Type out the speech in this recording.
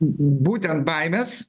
būtent baimės